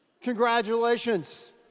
Congratulations